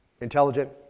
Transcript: intelligent